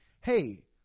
Hey